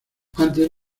antes